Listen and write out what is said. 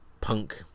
punk